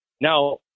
Now